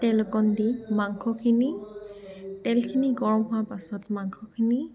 তেল অকণ দি মাংসখিনি তেলখিনি গৰম হোৱা পাছত মাংসখিনি